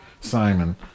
Simon